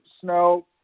snow